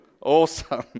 awesome